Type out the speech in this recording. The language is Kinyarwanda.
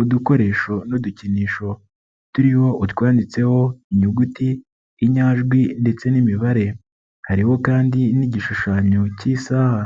Udukoresho n'udukinisho turiho utwanditseho inyuguti, inyajwi ndetse n'imibare, hariho kandi n'igishushanyo cy'isaha,